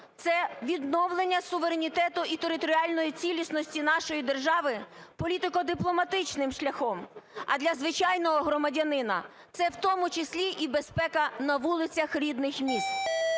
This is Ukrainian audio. це відновлення суверенітету і територіальної цілісності нашої держави політико-дипломатичним шляхом". А для звичайного громадянина це в тому числі і безпека на вулицях рідних міст.